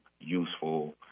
useful